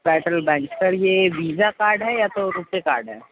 federal Bank sir یہ Visa card ہے یا تو روپے کارڈ ہے